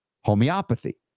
Homeopathy